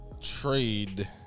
trade